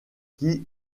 qui